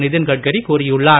நிதின் கட்கரி கூறியுள்ளார்